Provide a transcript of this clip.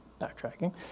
Backtracking